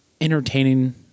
entertaining